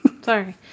Sorry